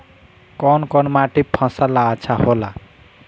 कौन कौनमाटी फसल ला अच्छा होला?